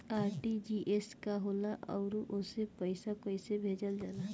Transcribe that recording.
RTGS का होला आउरओ से पईसा कइसे भेजल जला?